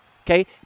Okay